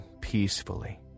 peacefully